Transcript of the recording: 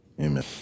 Amen